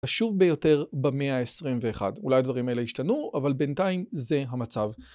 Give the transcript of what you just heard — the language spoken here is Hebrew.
חשוב ביותר במאה ה-21, אולי הדברים האלה ישתנו, אבל בינתיים זה המצב.